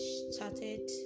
started